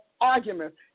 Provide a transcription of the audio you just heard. arguments